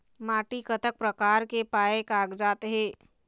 माटी कतक प्रकार के पाये कागजात हे?